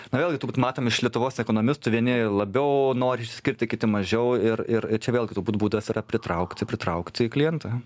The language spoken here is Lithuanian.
na vėlgi turbūt matom iš lietuvos ekonomistų vieni labiau nori išsiskirti kiti mažiau ir ir čia vėlgi turbūt būdas yra pritraukti pritraukti klientą